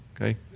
Okay